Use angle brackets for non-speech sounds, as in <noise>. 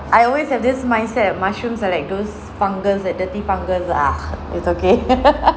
I always have this mindset of mushrooms are like those fungus that dirty fungus ah <noise> it's okay <laughs>